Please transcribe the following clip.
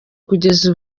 kugera